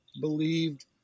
believed